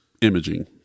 imaging